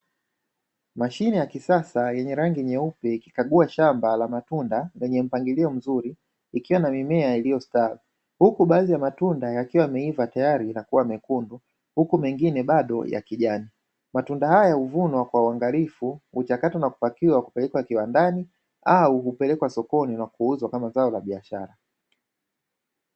Mashine ya kisasa yenye rangi nyeupe, ikikagua shamba la matunda lenye mpangilio mzuri, ikiwa na mimea iliyostawi. Huku baadhi ya matunda yakiwa yameiva tayari na kuwa mekundu, huku mengine bado ni ya kijani. Matunda haya huvunwa kwa uangalifu, huchakatwa na kupakiwa kupelekwa kiwandani au hupelekwa sokoni kuuzwa kama zao la biashara.